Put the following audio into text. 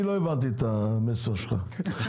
אני לא הבנתי את המסר שלך,